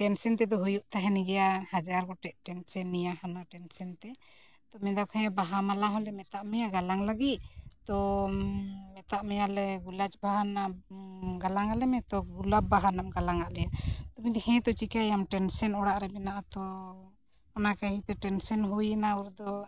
tension ᱛᱮᱫᱚ ᱦᱩᱭᱩᱜ ᱛᱟᱦᱮᱱ ᱜᱮᱭᱟ ᱦᱟᱡᱟᱨ ᱜᱚᱴᱮᱱ ᱴᱮᱱᱥᱮᱱ ᱱᱤᱭᱟᱹ ᱦᱟᱱᱟ ᱴᱮᱱᱥᱮᱱ ᱛᱮ ᱛᱚ ᱢᱮᱱᱫᱟᱠᱚ ᱦᱮᱸ ᱵᱟᱦᱟ ᱢᱟᱞᱟ ᱦᱚᱸᱞᱮ ᱢᱮᱛᱟᱜ ᱢᱮᱭᱟ ᱜᱟᱞᱟᱝ ᱞᱟᱹᱜᱤᱫ ᱛᱚ ᱢᱮᱛᱟᱜ ᱢᱮᱭᱟᱞᱮ ᱜᱩᱞᱟᱡ ᱵᱟᱦᱟ ᱨᱮᱱᱟᱜ ᱜᱟᱞᱟᱝ ᱟᱞᱮ ᱢᱮ ᱛᱚ ᱜᱳᱞᱟᱯ ᱵᱟᱦᱟ ᱨᱮᱱᱟᱜ ᱮᱢ ᱜᱟᱞᱟᱝ ᱟᱫ ᱞᱮᱭᱟ ᱛᱚ ᱢᱮᱱᱫᱟᱹᱧ ᱦᱮᱸ ᱛᱚ ᱪᱤᱠᱟᱹᱭᱟᱢ ᱴᱮᱱᱥᱮᱱ ᱚᱲᱟᱜ ᱨᱮ ᱢᱮᱱᱟᱜᱼᱟ ᱛᱚ ᱚᱱᱟ ᱠᱟᱹᱦᱤᱛᱮ ᱴᱮᱱᱥᱮᱱ ᱦᱩᱭᱮᱱᱟ ᱚᱨ ᱫᱚ